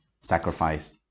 sacrificed